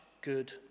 good